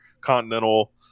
continental